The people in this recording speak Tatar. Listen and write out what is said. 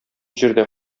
җирдә